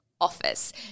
office